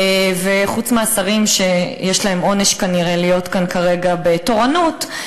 חוץ מהשרים שיש להם עונש כנראה להיות כאן כרגע בתורנות,